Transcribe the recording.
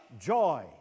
joy